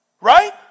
Right